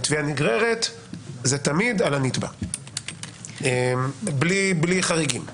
בתביעה נגררת זה תמיד על הנתבע בלי חריגים.